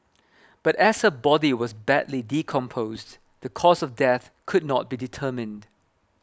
but as her body was badly decomposed the cause of death could not be determined